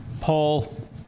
Paul